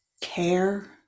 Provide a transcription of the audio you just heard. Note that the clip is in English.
care